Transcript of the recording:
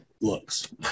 looks